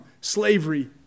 slavery